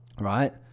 right